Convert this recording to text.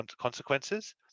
consequences